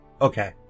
okay